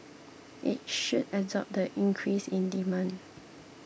it should absorb the increase in demand